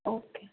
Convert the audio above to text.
okay